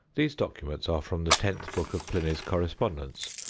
these documents are from the tenth book of pliny's correspondence,